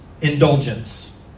indulgence